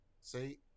See